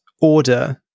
order